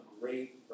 great